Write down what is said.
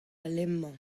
alemañ